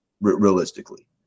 realistically